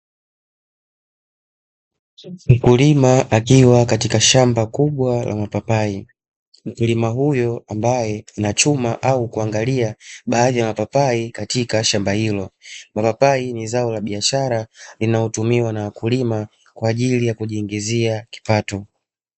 Mkulima akiwa katika shamba kubwa la mapapai. Mkulima huyo ambaye anachuma au kuangalia baadhi ya mapapai katika shamba hilo. Mapapai ni zao la biashara linalotumiwa na wakulima kwa ajili ya kujiingizia kipato.